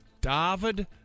David